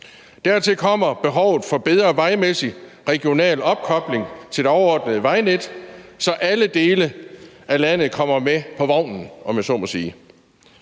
Dertil kommer behovet for bedre vejmæssig regional opkobling til det overordnede vejnet, så alle dele af landet kommer med på vognen,